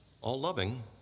all-loving